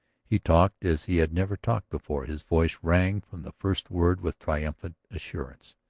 he talked as he had never talked before his voice rang from the first word with triumphant assurance.